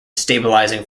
stabilizing